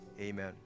Amen